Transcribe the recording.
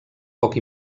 poc